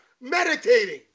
meditating